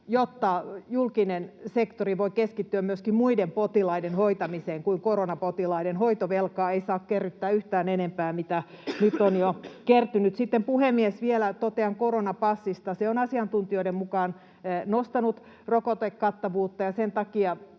jotta julkinen sektori voi keskittyä myöskin muiden potilaiden hoitamiseen kuin koronapotilaiden. Hoitovelkaa ei saa kerryttää yhtään enempää, mitä nyt on jo kertynyt. Sitten, puhemies, vielä totean koronapassista. Se on asiantuntijoiden mukaan nostanut rokotekattavuutta,